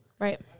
right